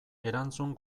erantzun